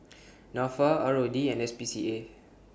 Nafa R O D and S P C A